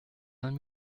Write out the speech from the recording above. vingt